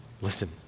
Listen